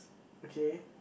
okay